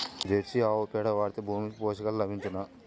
Jersey ఆవు పేడ వాడితే భూమికి పోషకాలు లభించునా?